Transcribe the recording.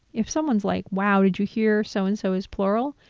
if someone's like, wow, did you hear so and so is plural?